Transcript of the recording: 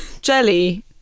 Jelly